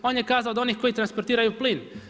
On je kazao od onih koji transportiraju plin.